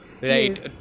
right